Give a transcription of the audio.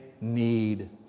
need